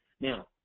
Now